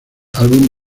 álbum